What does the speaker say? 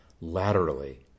laterally